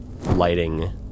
lighting